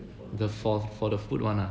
the for for the food [one] ah